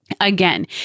Again